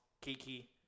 Kiki